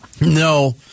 No